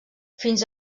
fins